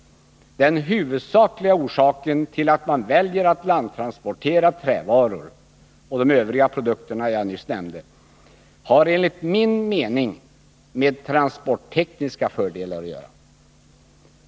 Den huvudsakliga orsaken till att man väljer att landtransportera trävaror — och de övriga produkter jag nyss nämnde — har enligt min mening med transporttekniska fördelar att göra.